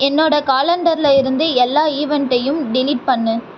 என்னோட காலண்டெரில் இருந்து எல்லா ஈவெண்ட்டையும் டெலீட் பண்ணு